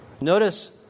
Notice